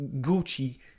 Gucci